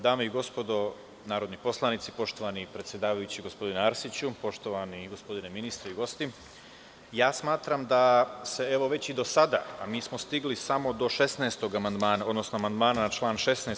Dame i gospodo narodni poslanici, poštovani predsedavajući, gospodine Arsiću, poštovani gospodine ministre i gosti, smatram da se evo već i do sada, a mi smo stigli do amandmana na član 16.